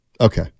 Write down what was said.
Okay